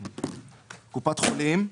"(2)קופת חולים,